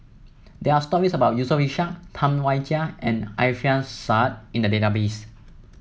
there are stories about Yusof Ishak Tam Wai Jia and Alfian Sa'at in the database